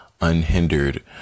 unhindered